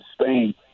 Spain